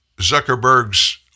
Zuckerberg's